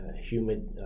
humid